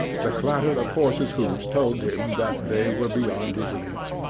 the clatter of horses' hoofs told him that they were beyond his reach.